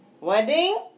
Wedding